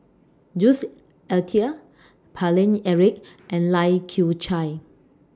Jules Itier Paine Eric and Lai Kew Chai